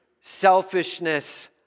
selfishness